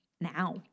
Now